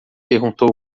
perguntou